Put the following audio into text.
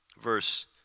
Verse